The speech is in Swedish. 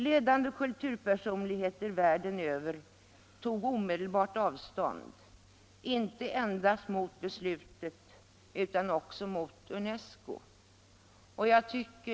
Ledande kulturpersonligheter världen över tog omedelbart avstånd, inte endast mot beslutet utan också mot UNESCO.